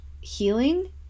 healing